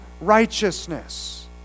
righteousness